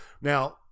Now